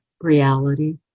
reality